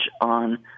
on